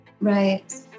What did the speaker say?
Right